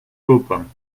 baupin